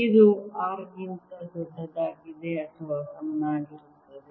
ಇದು ಆರ್ ಗಿಂತ ದೊಡ್ಡದಾಗಿದೆ ಅಥವಾ ಸಮನಾಗಿರುತ್ತದೆ